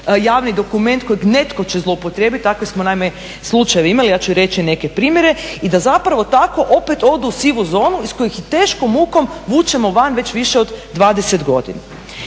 javni dokument kojeg netko će zlouporabiti, takve smo naime slučajeve imali, ja ću reći neke primjere, i da zapravo tako opet odu u sivu zonu iz kojih ih teškom mukom vučemo van već više od 20 godina.